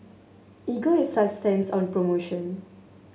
Ego Sunsense on promotion